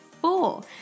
four